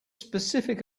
specific